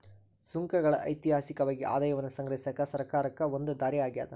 ಸುಂಕಗಳ ಐತಿಹಾಸಿಕವಾಗಿ ಆದಾಯವನ್ನ ಸಂಗ್ರಹಿಸಕ ಸರ್ಕಾರಕ್ಕ ಒಂದ ದಾರಿ ಆಗ್ಯಾದ